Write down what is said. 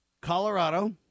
Colorado